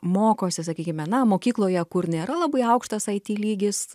mokosi sakykime na mokykloje kur nėra labai aukštas it lygis